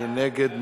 מי נגד?